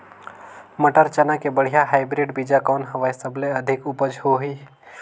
मटर, चना के बढ़िया हाईब्रिड बीजा कौन हवय? सबले अधिक उपज होही?